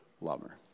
lover